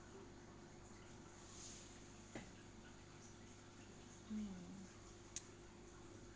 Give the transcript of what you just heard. mm